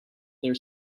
their